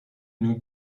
nous